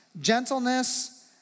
gentleness